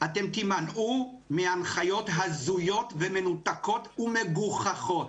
אתם תימנעו מהנחיות הזויות ומנותקות ומגוחכות.